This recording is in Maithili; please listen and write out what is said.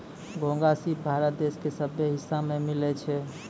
घोंघा, सिप भारत देश के सभ्भे हिस्सा में मिलै छै